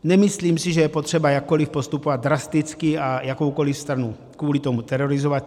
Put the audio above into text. Nemyslím si, že je potřeba jakkoliv postupovat drasticky a jakoukoliv stranu kvůli tomu terorizovat.